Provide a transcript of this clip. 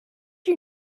you